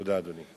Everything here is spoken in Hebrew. תודה, אדוני.